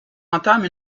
entame